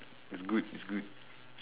it's good it's good